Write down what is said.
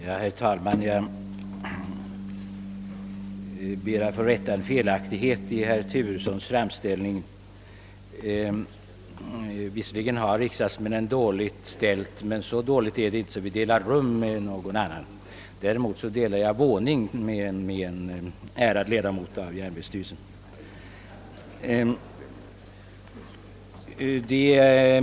Herr talman! Jag ber att få rätta en felaktighet i herr Turessons framställning. Visserligen har riksdagsmännen det dåligt ställt, men inte så dåligt att vi måste dela rum med någon annan. Däremot delar jag våning med en ärad ledamot av järnvägsstyrelsen.